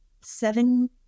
Seven